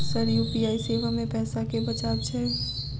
Sir UPI सेवा मे पैसा केँ बचाब छैय?